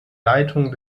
leitung